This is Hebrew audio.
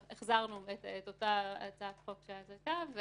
החזרנו את אותה הצעת חוק שהייתה אז,